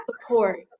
support